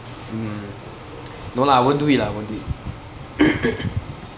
mm no lah I won't do it lah I won't do it